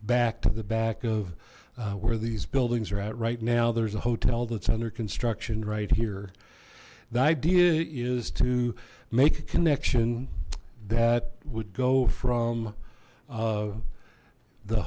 back to the back of where these buildings are at right now there's a hotel that's under construction right here the idea is to make a connection that would go from